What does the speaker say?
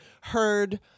heard